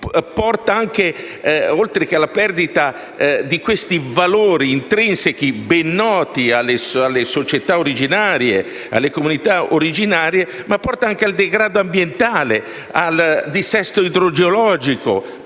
infatti, oltre alla perdita di questi valori intrinseci ben noti alle società e alle comunità originarie, porta anche al degrado ambientale, al dissesto idrogeologico